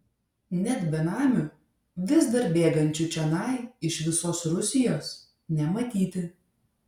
net benamių vis dar bėgančių čionai iš visos rusijos nematyti